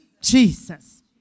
Jesus